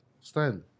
stand